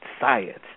science